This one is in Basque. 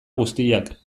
guztiak